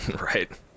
Right